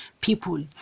people